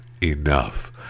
enough